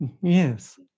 Yes